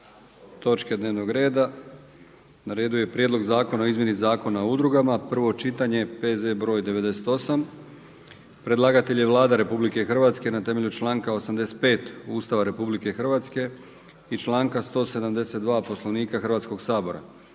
točke dnevnog reda. Na redu je - Prijedlog zakona o izmjeni Zakona o udrugama, prvo čitanje, P.Z. br. 98. Predlagatelj je Vlada RH na temelju članka 95. Ustava RH i članka 172. Poslovnika Hrvatskog sabora.